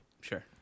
Sure